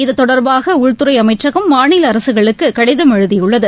இது தொடர்பாக உள்துறை அமைச்சகம் மாநில அரசுகளுக்கு கடிதம் எழுதியுள்ளது